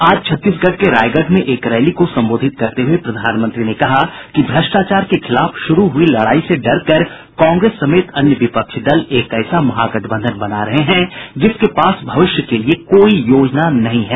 आज छत्तीसगढ़ के रायगढ़ में एक रैली को सम्बोधित करते हुए प्रधानमंत्री ने कहा कि भ्रष्टाचार के खिलाफ शुरू हुई लड़ाई से डरकर कांग्रेस समेत अन्य विपक्षी दल एक ऐसा महागठबंधन बना रहे है जिसके पास भविष्य के लिए कोई योजना नहीं है